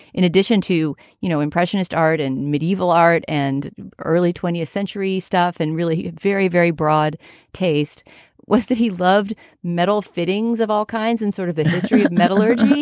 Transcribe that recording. in addition to, you know, impressionist art and medieval art and early twentieth century stuff and really very, very broad taste was that he loved metal fittings of all kinds and sort of the history of metallurgy.